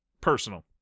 personal